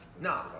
No